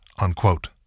unquote